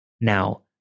Now